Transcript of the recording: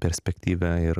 perspektyvią ir